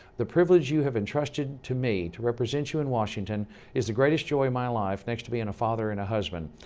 the privilege you have entrusted to me to represent you in washington is the greatest joy of my life, next to being a father and a husband,